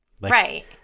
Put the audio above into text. right